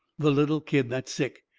the little kid that's sick.